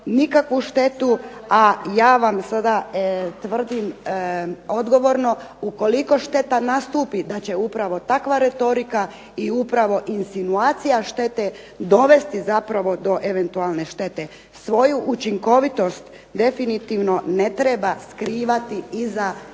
nikakvu štetu, a ja vam sada tvrdim odgovorno ukoliko šteta nastupi da će upravo takva retorika i upravo insinuacija štete dovesti zapravo do eventualne štete. Svoju učinkovitost definitivno ne treba skrivati iza insinuirane